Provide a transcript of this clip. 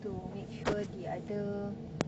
to make sure the other